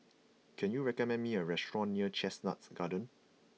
can you recommend me a restaurant near Chestnut Gardens